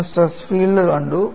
നമ്മൾ stress field കണ്ടു